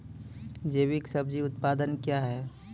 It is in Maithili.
जैविक सब्जी उत्पादन क्या हैं?